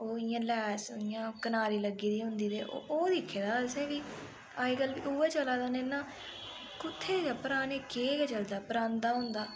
ओह् इ'यां लैस इ'यां कनारी लग्गी दी होंदी ते ओह् दिक्खे दा असें बी अज्जकल उ'यै चला दा ने ना कुत्थै गै पराने केह् गै चलदा परांदा होंदा